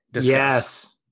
Yes